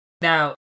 Now